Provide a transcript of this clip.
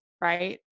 right